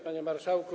Panie Marszałku!